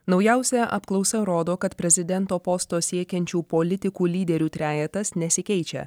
naujausia apklausa rodo kad prezidento posto siekiančių politikų lyderių trejetas nesikeičia